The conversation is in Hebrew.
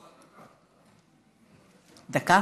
דקה.